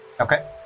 okay